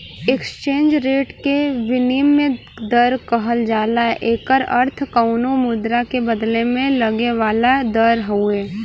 exchange rate के विनिमय दर कहल जाला एकर अर्थ कउनो मुद्रा क बदले में लगे वाला दर हउवे